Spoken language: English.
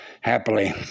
happily